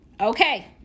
Okay